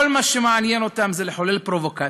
כל מה שמעניין אותם זה לחולל פרובוקציות,